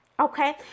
okay